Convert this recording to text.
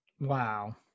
wow